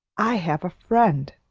i have a friend!